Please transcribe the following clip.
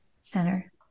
center